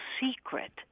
secret